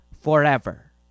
forever